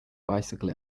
bicycle